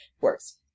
works